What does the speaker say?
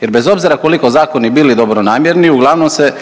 jer bez obzira koliko zakoni bili dobronamjerni uglavnom se